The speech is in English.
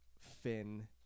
Finn